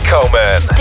Coleman